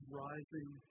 rising